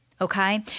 Okay